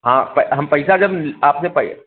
हाँ हम पैसा जब आपसे